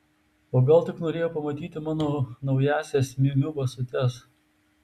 o gal tik norėjo pamatyti mano naująsias miu miu basutes